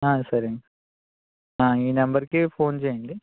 సరే అండి నా ఈ నెంబర్కి ఫోన్ చేయండి